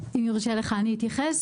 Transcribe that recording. אם יורשה לי, אני אתייחס.